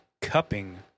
cupping